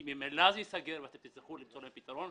ממילא בית הספר ייסגר ואתם תצטרכו למצוא להם פתרון.